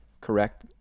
correct